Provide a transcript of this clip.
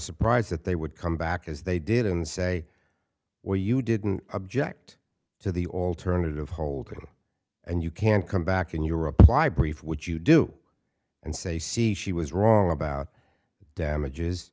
surprise that they would come back as they did and say well you didn't object to the alternative holding and you can't come back in your reply brief would you do and say see she was wrong about damages